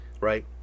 right